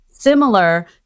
Similar